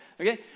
Okay